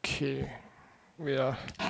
okay wait ah